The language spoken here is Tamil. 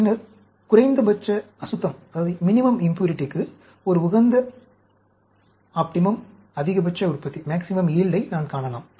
பின்னர் குறைந்தபட்ச அசுத்தத்திற்கு ஒரு உகந்த அதிகபட்ச உற்பத்தியை நான் காணலாம்